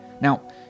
Now